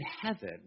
heaven